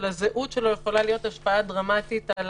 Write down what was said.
שלזהות שלו יכולה להיות השפעה דרמטית על